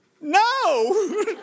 no